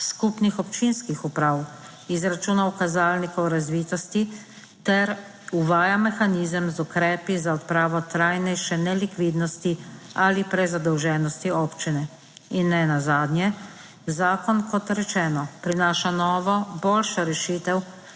skupnih občinskih uprav izračunov kazalnikov razvitosti ter uvaja mehanizem z ukrepi za odpravo trajnejše nelikvidnosti ali prezadolženosti občine. In nenazadnje zakon, kot rečeno, prinaša novo boljšo rešitev